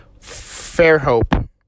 Fairhope